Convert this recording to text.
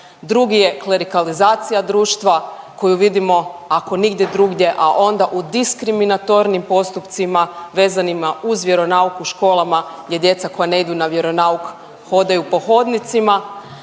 drugi je klerikalizacija društva koju vidimo ako nigdje drugdje, a onda u diskriminatornim postupcima vezanima uz vjeronauk u školama gdje djeca koja ne idu na vjeronauk hodaju po hodnicima,